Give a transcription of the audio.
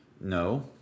No